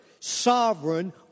sovereign